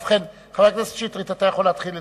חבר הכנסת שטרית, אתה יכול להתחיל לדבר.